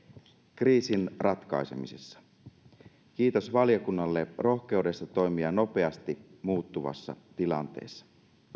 kriisin ratkaisemisessa kiitos valiokunnalle rohkeudesta toimia nopeasti muuttuvassa tilanteessa